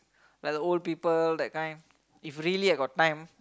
like the old people like that if really I got time